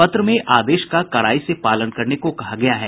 पत्र में आदेश का कड़ाई से पालन करने को कहा गया है